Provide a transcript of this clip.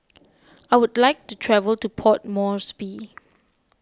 I would like to travel to Port Moresby